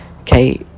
okay